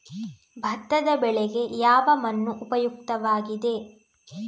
ಭತ್ತದ ಬೆಳೆಗೆ ಯಾವ ಮಣ್ಣು ಉಪಯುಕ್ತವಾಗಿದೆ?